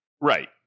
Right